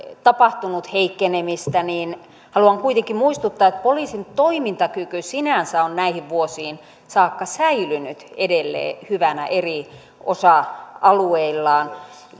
tapahtunut heikkenemistä haluan kuitenkin muistuttaa että poliisin toimintakyky sinänsä on näihin vuosiin saakka säilynyt edelleen hyvänä sen eri osa alueilla